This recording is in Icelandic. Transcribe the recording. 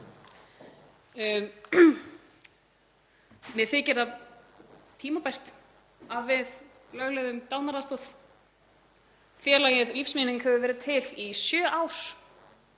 Mér þykir tímabært að við lögleiðum dánaraðstoð. Félagið Lífsvirðing hefur verið til í sjö ár.